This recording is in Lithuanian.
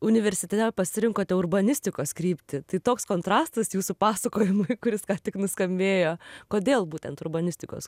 universitete pasirinkote urbanistikos kryptį tai toks kontrastas jūsų pasakojimui kuris ką tik nuskambėjo kodėl būtent urbanistikos